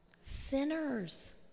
Sinners